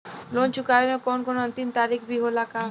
Loan चुकवले के कौनो अंतिम तारीख भी होला का?